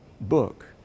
book